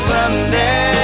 Sunday